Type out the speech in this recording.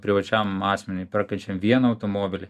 privačiam asmeniui perkančiam vieną automobilį